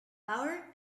power